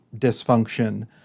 dysfunction